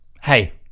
Hey